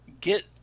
get